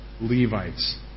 Levites